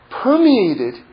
Permeated